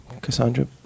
Cassandra